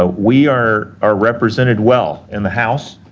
ah we are are represented well in the house